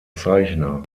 zeichner